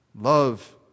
Love